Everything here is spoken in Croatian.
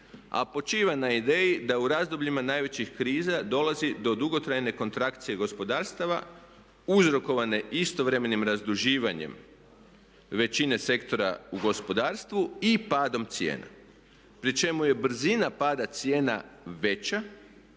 A počiva na ideji da u razdobljima najvećih kriza dolazi do dugotrajne kontrakcije gospodarstava, uzrokovane istovremenim razduživanjem većine sektora u gospodarstvu i padom cijena. Pri čemu je brzina pada cijena veća